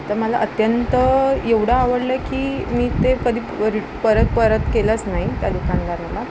तर मला अत्यंत एवढं आवडलं की मी ते कधी रि परत परत केलंच नाही त्या दुकानदाराला